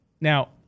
Now